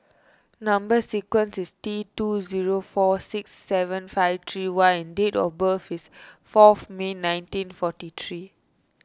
Number Sequence is T two zero four six seven five three Y and date of birth is four May nineteen forty three